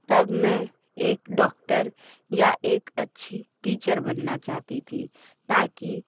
तब मैं एक डॉक्टर या एक अच्छी टीचर बनना चाहती थी ताकि